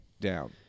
down